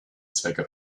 zwecke